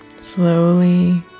Slowly